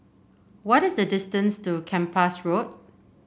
what is the distance to Kempas Road